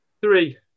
Three